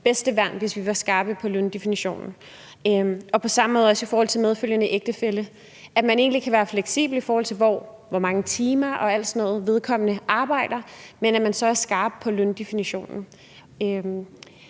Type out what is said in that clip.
bedste værn, hvis vi var skarpe på løndefinitionen. Det samme gør sig gældende i forhold til medfølgende ægtefælle, altså at man kan være fleksibel, i forhold til hvor mange timer og alt sådan noget vedkommende arbejder, men at man så er skarp på løndefinitionen.